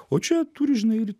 o čia turi žinai ir